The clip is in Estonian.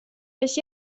kes